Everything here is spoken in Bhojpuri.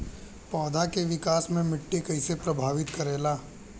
पौधा के विकास मे मिट्टी कइसे प्रभावित करेला?